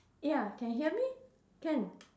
ya can hear me can